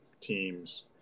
teams